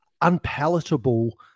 unpalatable